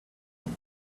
with